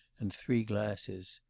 and three glasses.